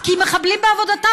כי מחבלים בעבודתה,